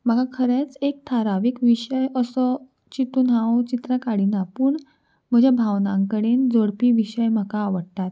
म्हाका खरेंच एक थारावीक विशय असो चितून हांव चित्रां काडिना पूण म्हज्या भावनां कडेन जोडपी विशय म्हाका आवडटात